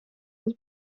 his